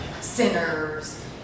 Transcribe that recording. sinners